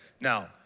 Now